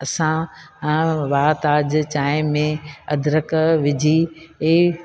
असां आ हुओ वाह ताज चांहि में अदरक विझी इहे